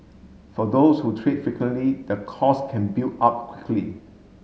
for those who trade frequently the cost can build up quickly